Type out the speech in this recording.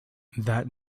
that